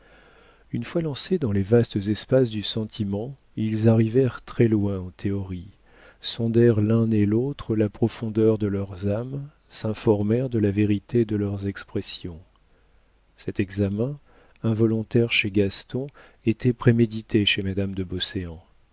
une fois lancés dans les vastes espaces du sentiment ils arrivèrent très-loin en théorie sondèrent l'un et l'autre la profondeur de leurs âmes s'informèrent de la vérité de leurs expressions cet examen involontaire chez gaston était prémédité chez madame de